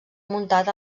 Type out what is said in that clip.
muntat